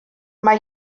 mae